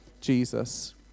Jesus